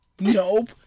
Nope